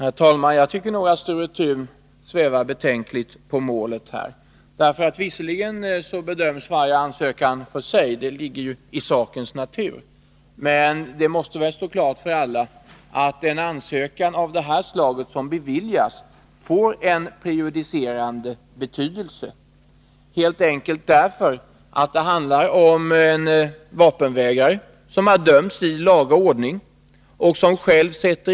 Herr talman! Jag tycker att Sture Thun svävar betänkligt på målet. Visserligen bedöms varje ansökan för sig — det ligger i sakens natur — men det måste väl stå klart för alla att ett fall som detta, där en nådeansökan bifallits, får prejudicerande betydelse.